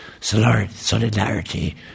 solidarity